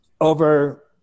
over